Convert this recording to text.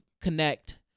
connect